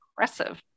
impressive